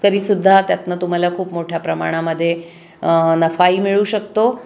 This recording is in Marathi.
तरीसुद्धा त्यातनं तुम्हाला खूप मोठ्या प्रमाणामध्ये नफाही मिळू शकतो